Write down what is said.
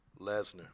Lesnar